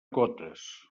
cotes